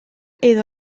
edo